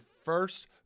first